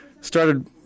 started –